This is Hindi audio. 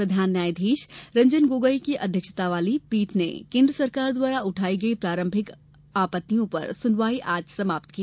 प्रधान न्यायाधीश रंजन गोगोई की अध्यक्षता वाली पीठ ने केन्द्र सरकार द्वारा उठाई गई प्रारंभिक आपत्तियों पर सुनवाई आज समाप्त की